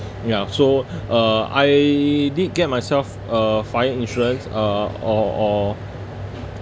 ya so uh I did get myself a fire insurance uh or or